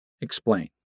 Explain